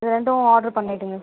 இது ரெண்டும் ஆர்டர் பண்ணிடுங்கள்